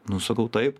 nu sakau taip